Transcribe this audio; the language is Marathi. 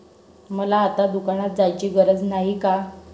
मला आता दुकानात जायची गरज नाही का?